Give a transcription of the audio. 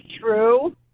true